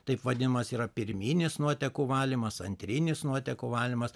taip vadinamas yra pirminis nuotekų valymas antrinis nuotekų valymas